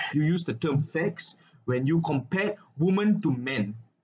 you use the term facts when you compared women to men